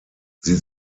sie